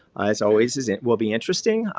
as always it will be interesting.